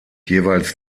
jeweils